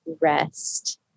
rest